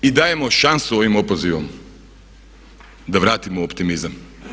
I dajemo šansu ovim opozivom da vratimo optimizam.